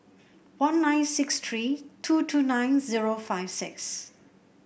one nine six three two two nine zero five six